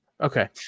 okay